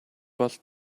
бол